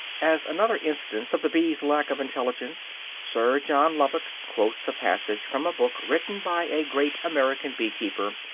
as another instance of the bees' lack of intelligence, sir john lubbock quotes a passage from a book written by a great american bee-keeper,